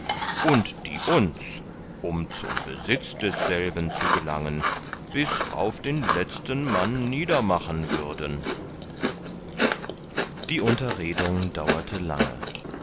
und die uns um zum besitz desselben zu gelangen bis auf den letzten mann niedermachen würden die unterredung dauerte lange